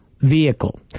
vehicle